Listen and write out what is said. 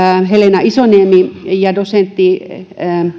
helena isoniemi ja dosentti